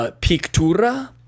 pictura